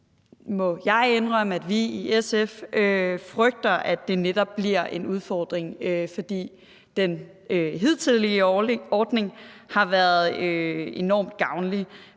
må jeg indrømme, at vi i SF netop frygter, at det bliver en udfordring. For den hidtidige ordning har været enormt gavnlig.